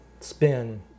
spin